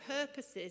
purposes